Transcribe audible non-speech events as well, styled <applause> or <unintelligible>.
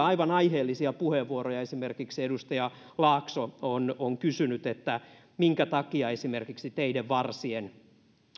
<unintelligible> aivan aiheellisia puheenvuoroja esimerkiksi edustaja laakso on on kysynyt minkä takia esimerkiksi teidenvarsien